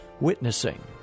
witnessing